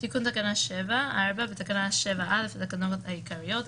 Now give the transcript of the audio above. תיקון תקנה 7.4 ותקנה 7 א' לתקנות העיקריות,